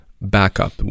backup